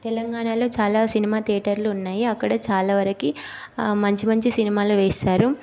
తెలంగాణలో చాలా సినిమా థియేటర్లు ఉన్నాయి అక్కడ చాలా వరకు ఆ మంచి మంచి సినిమాలు వేస్తారు